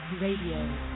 Radio